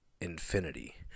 infinity